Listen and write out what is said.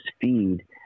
feed